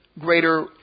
greater